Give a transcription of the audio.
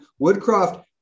Woodcroft